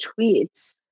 tweets